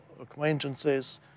acquaintances